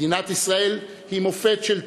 מדינת ישראל היא מופת של תעוזה,